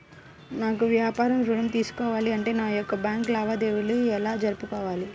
నాకు వ్యాపారం ఋణం తీసుకోవాలి అంటే నా యొక్క బ్యాంకు లావాదేవీలు ఎలా జరుపుకోవాలి?